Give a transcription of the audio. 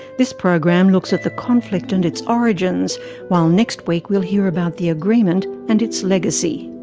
this program looks at the conflict and its origins while next week we'll hear about the agreement and its legacy.